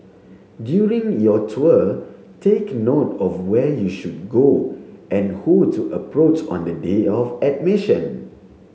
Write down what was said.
during your tour take note of where you should go and who to approach on the day of admission